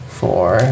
four